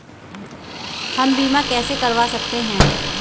हम बीमा कैसे करवा सकते हैं?